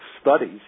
studies